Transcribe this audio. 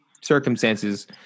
circumstances